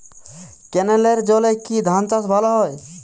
ক্যেনেলের জলে কি ধানচাষ ভালো হয়?